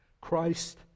Christ